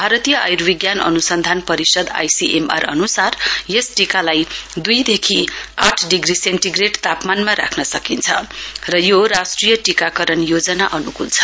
भारतीय आयर्विज्ञान अनुसन्धान परिषद अनुसार यस टीकालाई दुईदेखि आठ डिग्री सेन्टिग्रेड तापमानमा राख्न सकिन्छ र यो राष्ट्रिय टीकाकरण योजना अनुकूल छ